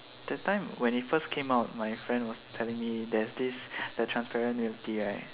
that time when it first came out my friend was telling me there's this the transparent milk tea right